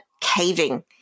caving